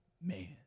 man